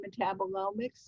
metabolomics